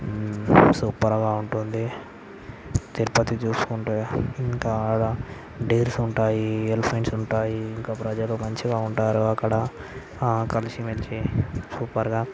సూపర్గా ఉంటుంది తిరుపతి చూసుకుంటే ఇంకా ఆడ డీర్స్ ఉంటాయి ఎలిఫెంట్స్ ఉంటాయి ఇంకా ప్రజలు మంచిగా ఉంటారు అక్కడ కలిసిమెలిసి సూపర్గా